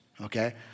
okay